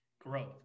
Growth